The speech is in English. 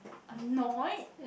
annoyed